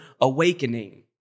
awakening